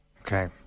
Okay